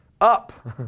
Up